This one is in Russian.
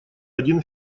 один